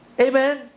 Amen